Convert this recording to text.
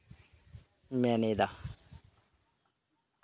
ᱢᱮᱱ ᱮᱫᱟ